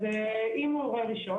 אז אם הוא הורה ראשון,